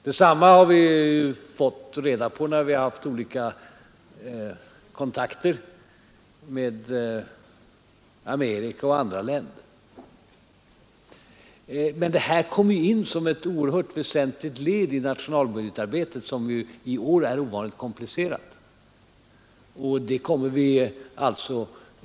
Detsamma har vi fått reda på när vi haft olika kontakter med USA och andra länder. Den ekonomiska utvecklingen kommer naturligtvis in som ett oerhört väsentligt led i nationalbudgetarbetet, som i år är ovanligt komplicerat.